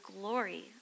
glory